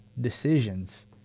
decisions